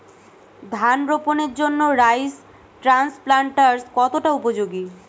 ধান রোপণের জন্য রাইস ট্রান্সপ্লান্টারস্ কতটা উপযোগী?